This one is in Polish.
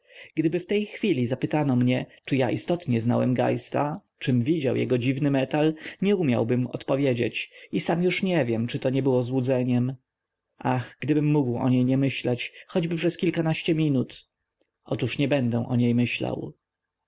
gdyby w tej chwili zapytano mnie czy ja istotnie znałem geista czym widział jego dziwny metal nie umiałbym odpowiedzieć i już sam nie wiem czyto nie było złudzeniem ach gdybym mógł o niej nie myśleć choćby przez kilkanaście minut otóż nie będę o niej myślał